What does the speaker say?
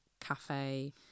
cafe